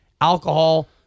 alcohol